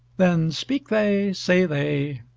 then speak they, say they,